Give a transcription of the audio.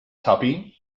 tuppy